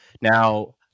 Now